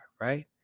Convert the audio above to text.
Right